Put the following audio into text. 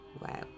Wow